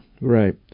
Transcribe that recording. right